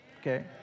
okay